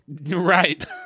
Right